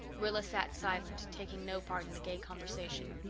rilla sat silent, taking no part in the gay conversation.